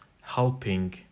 helping